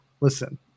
Listen